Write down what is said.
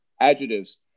adjectives